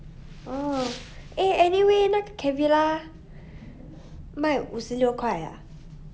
orh eh anyway 那个 Camilla 卖五十六 ah